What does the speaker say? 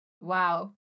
Wow